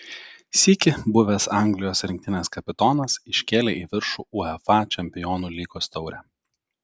sykį buvęs anglijos rinktinės kapitonas iškėlė į viršų uefa čempionų lygos taurę